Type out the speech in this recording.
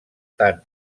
tant